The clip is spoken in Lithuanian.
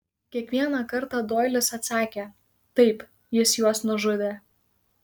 kiekvieną kartą doilis atsakė taip jis juos nužudė